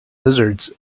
lizards